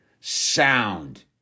sound